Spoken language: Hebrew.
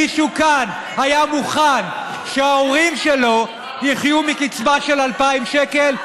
מישהו כאן היה מוכן שההורים שלו יחיו מקצבה של 2,000 שקל?